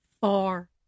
Far